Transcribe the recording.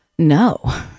No